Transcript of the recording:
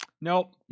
Nope